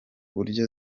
buryo